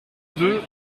deux